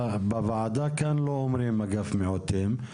בוועדה כאן לא אומרים אגף מיעוטים.